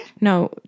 No